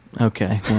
Okay